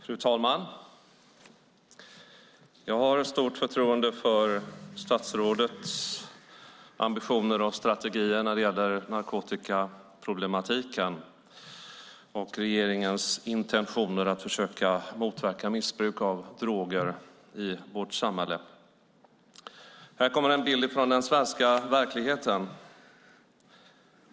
Fru talman! Jag har stort förtroende för statsrådets ambitioner och strategier när det gäller narkotikaproblematiken och för regeringens intentioner att försöka motverka missbruk av droger i vårt samhälle. Här kommer en bild från den svenska verkligheten.